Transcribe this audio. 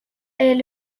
est